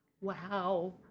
Wow